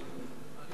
בארץ,